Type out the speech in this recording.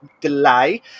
delay